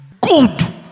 good